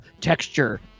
texture